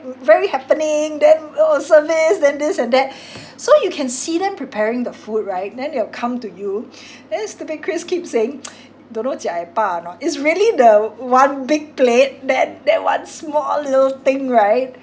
very happening then oh service then this and that so you can see them preparing the food right then they will come to you then stupid chris keep saying don't know jia ei ba or not it's really the one big plate that that one small little thing right